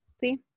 See